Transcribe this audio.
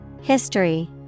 History